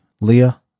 Leah